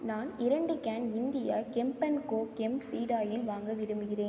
நான் இரண்டு can India Kemp and co Kemp seed oil வாங்க விரும்புகிறேன்